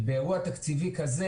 באירוע תקציבי כזה,